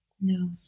No